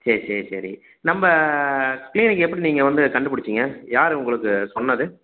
சரி சரி சரி நம்ப கிளீனிக் எப்படி நீங்கள் வந்து கண்டுப்பிடிச்சிங்க யார் உங்களுக்கு சொன்னது